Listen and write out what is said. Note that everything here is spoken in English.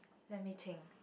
let me think